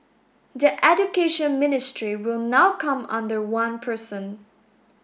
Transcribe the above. the Education Ministry will now come under one person